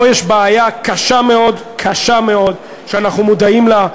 פה יש בעיה קשה מאוד, קשה מאוד, שאנחנו מודעים לה.